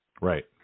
Right